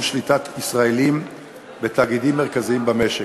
השליטה הישראלית בתאגידים מרכזיים במשק.